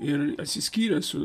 ir atsiskyręs